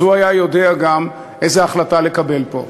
אז הוא היה יודע גם איזו החלטה לקבל פה.